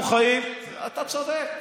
אתה צודק.